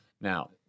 Now